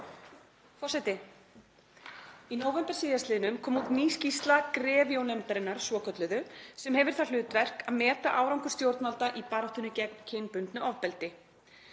forseti. Í nóvember síðastliðnum kom út ný skýrsla GREVIO-nefndarinnar svokölluðu sem hefur það hlutverk að meta árangur stjórnvalda í baráttunni gegn kynbundnu ofbeldi.